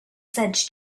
said